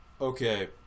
Okay